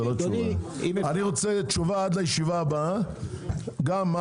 אני רוצה תשובה עד הישיבה הבאה גם מה